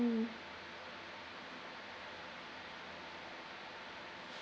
~(mm)